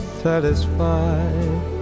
satisfied